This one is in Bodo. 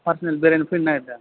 पारसनेल बेरायनो फैनो नागिरदों